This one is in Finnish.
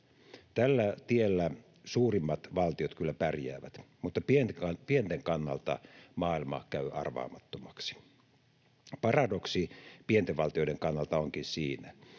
Tällä tiellä suurimmat valtiot kyllä pärjäävät, mutta pienten kannalta maailma käy arvaamattomaksi. Paradoksi pienten valtioiden kannalta onkin siinä,